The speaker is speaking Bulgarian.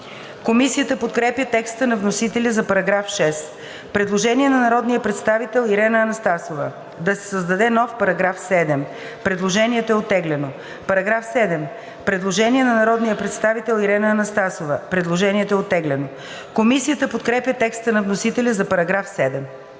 Комисията подкрепя текста на вносителя за § 6. Предложение на народния представител Ирена Анастасова да се създаде нов § 7. Предложението е оттеглено. По § 7 има предложение на народния представител Ирена Анастасова. Предложението е оттеглено. Комисията подкрепя текста на вносителя за § 7.